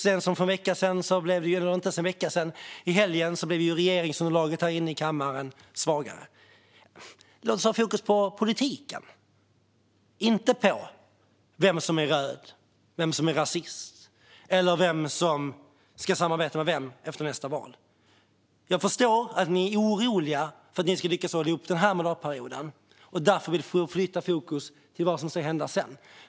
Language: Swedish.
Det har varit abortfrågan, och i helgen blev regeringsunderlaget här i kammaren svagare. Låt oss ha fokus på politiken, inte på vem som är röd, vem som är rasist eller vem som ska samarbeta med vem efter nästa val. Jag förstår att ni är oroliga för hur ni ska lyckas hålla ihop den här mandatperioden och därför vill flytta fokus till vad som ska hända sedan.